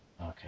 okay